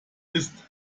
isst